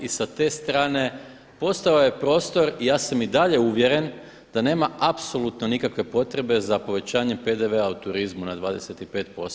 I sa te strane postojao je prostor i ja sam i dalje uvjeren da nema apsolutno nikakve potrebe za povećanjem PDV-a u turizmu na 25%